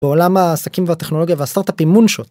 בעולם העסקים והטכנולוגיה והסטארט-אפ היא Moonshot.